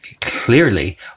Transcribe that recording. clearly